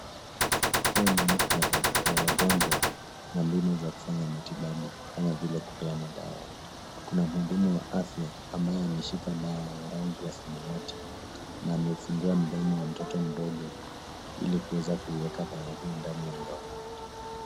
Huu ni muktadha wa wagonjwa na mbinu za kufanya matibabu kama vile kupeana dawa. Kuna mhudumu wa afya ambaye ameshika dawa ya rangi ya samawati na amefungua mdomo wa mtoto mdogo ili kuweza kuweka dawa hii ndani ya mdomo wake.